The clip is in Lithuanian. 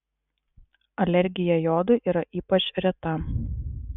alergija jodui yra ypač reta